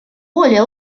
более